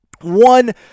One